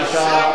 בבקשה.